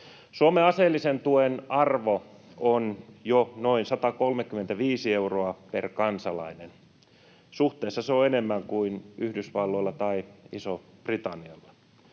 Suomen aseellisen tuen arvo on jo noin 135 euroa per kansalainen. Suhteessa se on enemmän kuin Yhdysvalloilla tai Isolla-Britannialla.